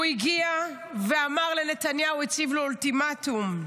הוא הגיע ואמר לנתניהו, הציב לו אולטימטום: